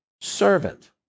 servant